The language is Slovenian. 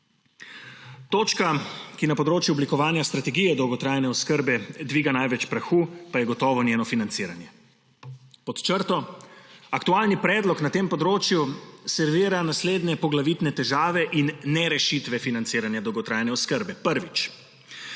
Točka, ki na področju oblikovanja strategije dolgotrajne oskrbe dviga največ prahu, pa je gotovo njeno financiranje. Pod črto; aktualni predlog na tem področju servira naslednje poglavitne težave in ne rešitve financiranja dolgotrajne oskrbe. Prvič,